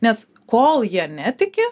nes kol jie netiki